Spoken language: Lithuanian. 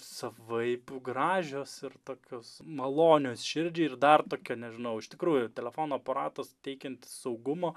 savaip gražios ir tokios malonios širdžiai ir dar tokia nežinau iš tikrųjų telefono aparatas teikiantis saugumo